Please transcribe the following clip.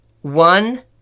One